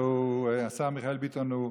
והשר מיכאל ביטון הוא